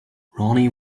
ronnie